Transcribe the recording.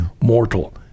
mortal